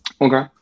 Okay